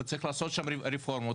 צריך לעשות שם רפורמות.